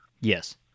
Yes